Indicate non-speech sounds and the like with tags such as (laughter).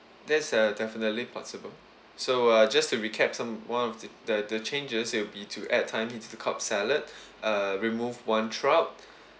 that's uh definitely possible so uh just to recap some of one of the the the changes it will be to add thigh meat to the cobb salad (breath) err remove one trout (breath)